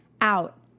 out